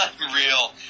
Unreal